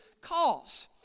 cause